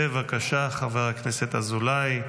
בבקשה, חבר הכנסת אזולאי,